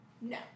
No